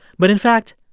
but in fact,